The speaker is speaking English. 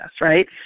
right